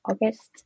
August